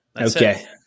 Okay